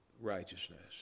righteousness